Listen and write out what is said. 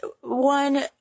one